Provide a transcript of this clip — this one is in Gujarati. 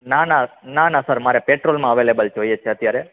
ના ના ના ના સર મારે પેટ્રોલમાં અવેઇલેબ્લ જોઈએ છે અત્યારે